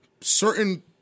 certain